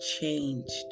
changed